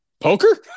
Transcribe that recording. poker